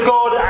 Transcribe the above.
God